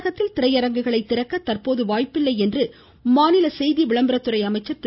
தமிழகத்தில் திரையரங்குகளை திறக்க தற்போது வாய்ப்பில்லை என மாநில செய்தி விளம்பரத்துறை அமைச்சர் திரு